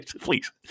please